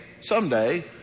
someday